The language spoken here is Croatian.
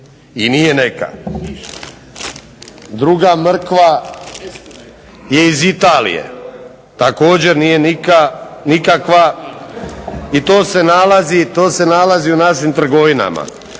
i nije neka. Druga mrkva je iz Italije, također nije nikakva i to se nalazi u našim trgovinama.